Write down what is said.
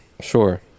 sure